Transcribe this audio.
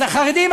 אז חרדים,